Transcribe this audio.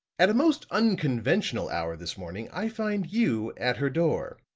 at a most unconventional hour this morning i find you at her door.